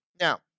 Now